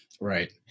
Right